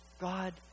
God